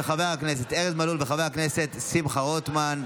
של חבר הכנסת ארז מלול וחבר הכנסת שמחה רוטמן,